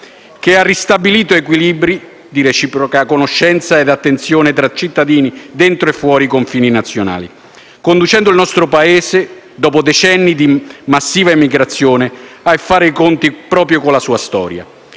che ha ristabilito equilibri di reciproca conoscenza ed attenzione tra cittadini dentro e fuori i confini nazionali, conducendo il nostro Paese, dopo decenni di massiva emigrazione, a fare i conti con la propria storia.